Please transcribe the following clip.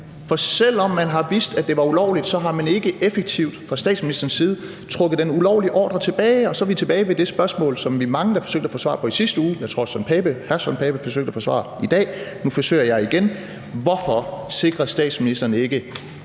For selv om man har vidst, at det var ulovligt, så har man ikke effektivt fra statsministerens side trukket den ulovlige ordre tilbage. Så er vi tilbage ved det spørgsmål, som vi var mange, der forsøgte at få svar på i sidste uge, og som jeg tror hr. Søren Pape Poulsen forsøgte at få svar på i dag. Nu forsøger jeg igen: Hvorfor sikrer statsministeren ikke,